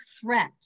threat